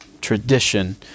tradition